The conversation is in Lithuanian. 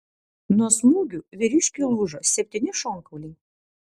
nuo smūgių vyriškiui lūžo septyni šonkauliai